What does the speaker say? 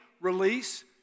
release